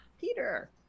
Peter